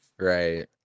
Right